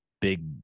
big